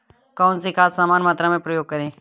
कौन सी खाद समान मात्रा में प्रयोग करें?